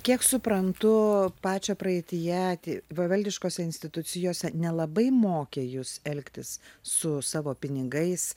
kiek suprantu pačio praeityje ti valdiškose institucijose nelabai mokė jus elgtis su savo pinigais